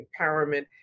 empowerment